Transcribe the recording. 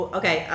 okay